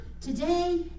today